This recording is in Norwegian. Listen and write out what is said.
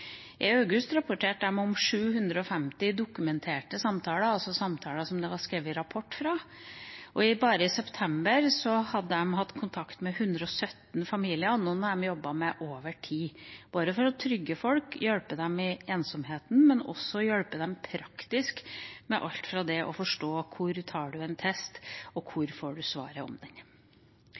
I august rapporterte de om 750 dokumenterte samtaler, altså samtaler det var skrevet rapport fra. Og bare i september hadde de hatt kontakt med 117 familier, og jobbet med noen av dem over tid – for å trygge folk, hjelpe dem i ensomheten og hjelpe dem praktisk med alt fra det å forstå hvor man tar en test, til hvor man får svar på den.